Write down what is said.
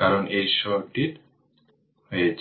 কারণ এটি শর্টেড হয়েছে